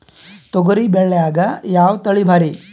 ತೊಗರಿ ಬ್ಯಾಳ್ಯಾಗ ಯಾವ ತಳಿ ಭಾರಿ?